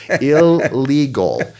illegal